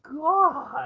God